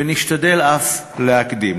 ונשתדל אף להקדים.